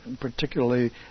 Particularly